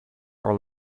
are